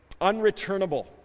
unreturnable